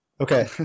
okay